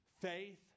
faith